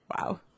wow